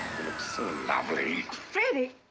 look so lovely. freddie,